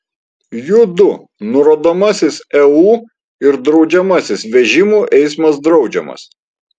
jų du nurodomasis eu ir draudžiamasis vežimų eismas draudžiamas